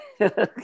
Okay